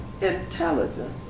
intelligent